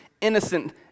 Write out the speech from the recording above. innocent